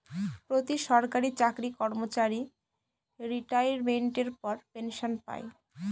প্রতি সরকারি চাকরি কর্মচারী রিটাইরমেন্টের পর পেনসন পায়